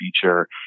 feature